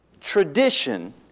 Tradition